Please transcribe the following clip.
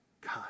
God